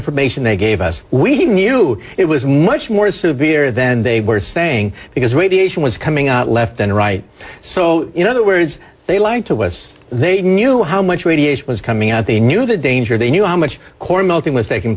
information they gave us we knew it was much more severe than they were saying because radiation was coming out left and right so in other words they learned to was they knew how much radiation was coming out they knew the danger they knew how much core melting was t